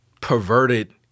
perverted